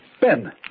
Ben